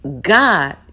God